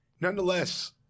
nonetheless